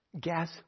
gas